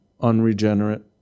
unregenerate